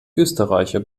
österreicher